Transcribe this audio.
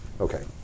Okay